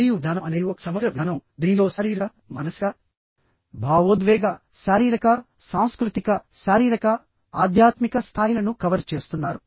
మరియు విధానం అనేది ఒక సమగ్ర విధానం దీనిలో శారీరక మానసిక భావోద్వేగ శారీరక సాంస్కృతిక శారీరక ఆధ్యాత్మిక స్థాయిలను కవర్ చేస్తున్నారు